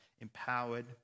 empowered